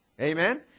Amen